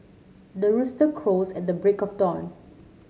the rooster crows at the break of dawn